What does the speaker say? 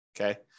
Okay